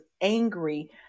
angry